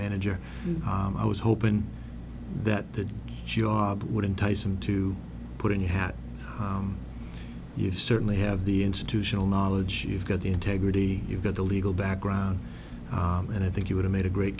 manager and i was hoping that the job would entice him to put in a hat you certainly have the institutional knowledge you've got the integrity you've got the legal background and i think you would have made a great